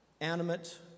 animate